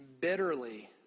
bitterly